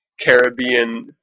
Caribbean